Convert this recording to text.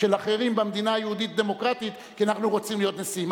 של אחרים במדינה היהודית-דמוקרטית כי אנחנו רוצים להיות נשיאים.